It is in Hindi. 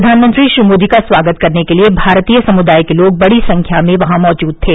प्रधानमंत्री श्री मोदी का स्वागत करने के लिए भारतीय समुदाय के लोग बड़ी संख्या में वहां मौजूद थे